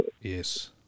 Yes